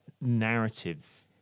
narrative